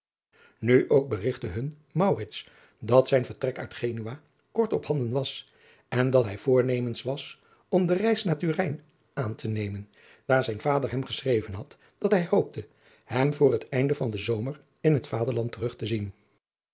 nu ook berigtte hun maurits dat zijn vertrek uit genua kort op handen was en dat hij voornemens was om de reis naar turin aan te nemen daar zijn vader hem geschreven had dat hij hoopte hem voor het einde van den zomer in het vaderland terug te zien